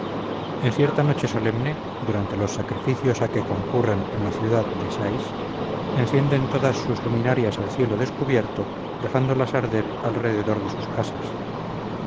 en cierta noche solemne durante los sacrificios a que concurren en la ciudad de sais encienden todos sus luminarias al cielo descubierto dejándolas arder alrededor de sus casas